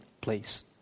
place